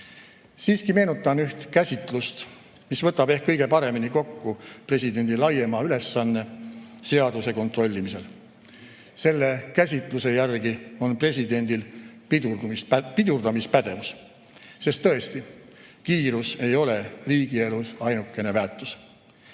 Siiski meenutan üht käsitlust, mis võtab ehk kõige paremini kokku presidendi laiema ülesande seaduste kontrollimisel. Selle käsitluse järgi on presidendil pidurdamispädevus, sest tõesti, kiirus ei ole riigielus ainuke väärtus.